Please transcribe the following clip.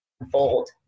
unfold